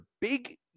big